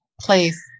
place